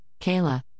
Kayla